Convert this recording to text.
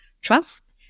trust